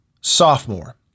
sophomore